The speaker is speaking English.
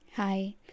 hi